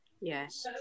Yes